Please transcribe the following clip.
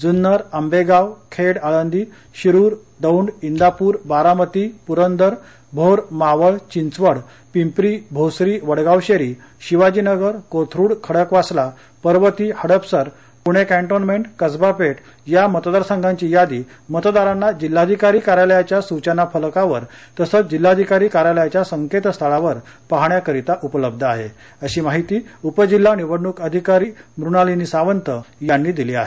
Junnar Ambegaon Khed Alandi Shirur Daund Indapur Baramati Purandar Bhor Maval Chinchwad Pimpri Bhosari Vadgaon Sheri Shivajinagar Kothrud Khadakwasla Parvati Hadapsar Pune cantonment Kasba Peth या मतदार संघांची यादी मतदारांना जिल्हाधिकारी कार्यालयाच्या सूचना फलकावर तसंच जिल्हाधिकारी कार्यालयाच्या संकेत स्थळावर पाहण्याकरीता उपलब्ध आहे अशी माहिती उप जिल्हा निवडणूक अधिकारी मृणालिनीसावंत यांनी दिली आहे